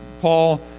Paul